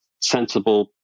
sensible